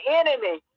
enemy